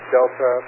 Delta